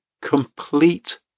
complete